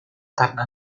tarda